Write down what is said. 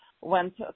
went